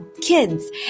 kids